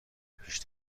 پیش